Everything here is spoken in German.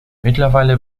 mittlerweile